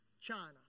China